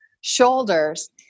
shoulders